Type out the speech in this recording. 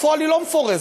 בפועל היא לא מפורזת,